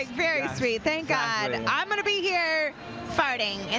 very sweet. thank god. i'm going to be here farting. and